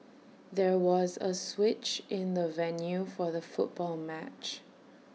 there was A switch in the venue for the football match